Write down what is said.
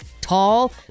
tall